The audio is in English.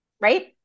Right